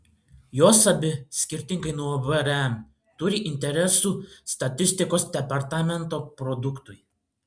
jos abi skirtingai nuo vrm turi interesų statistikos departamento produktui